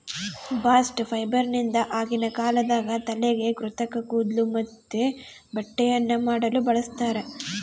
bast ಫೈಬರ್ನಿಂದ ಆಗಿನ ಕಾಲದಾಗ ತಲೆಗೆ ಕೃತಕ ಕೂದ್ಲು ಮತ್ತೆ ಬಟ್ಟೆಯನ್ನ ಮಾಡಲು ಬಳಸ್ತಾರ